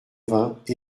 vingts